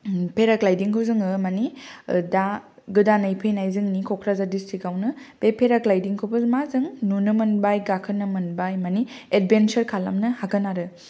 पेराग्लायदिंखौ जोङो माने ओ दा गोदानै फैनाय जोंनि कक्राझार दिस्ट्रिकावनो बे पेराग्लायदिंखौबो मा जों नुनो मोनबाय गाखोनो मोनबाय मानि एडभेन्सार खालामनो हागोन आरो